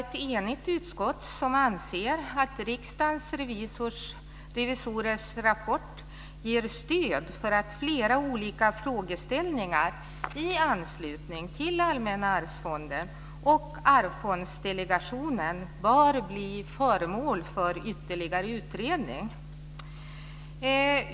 Ett enigt utskott anser att Riksdagens revisorers rapport ger stöd för att flera olika frågeställningar i anslutning till Allmänna arvsfonden och Arvsfondsdelegationen bör bli föremål för ytterligare utredning.